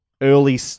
early